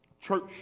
church